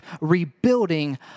rebuilding